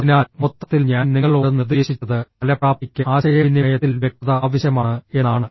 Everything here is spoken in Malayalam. അതിനാൽ മൊത്തത്തിൽ ഞാൻ നിങ്ങളോട് നിർദ്ദേശിച്ചത് ഫലപ്രാപ്തിയ്ക്ക് ആശയവിനിമയത്തിൽ വ്യക്തത ആവശ്യമാണ് എന്നാണ്